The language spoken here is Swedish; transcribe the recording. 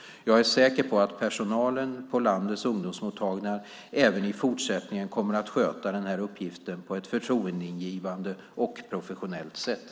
Jag är säker på att personalen på landets ungdomsmottagningar även i fortsättningen kommer att sköta den här uppgiften på ett förtroendeingivande och professionellt sätt.